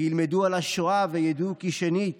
כי ילמדו על השואה וידעו כי 'שנית